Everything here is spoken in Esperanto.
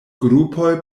grupoj